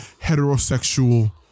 heterosexual